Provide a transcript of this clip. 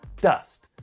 dust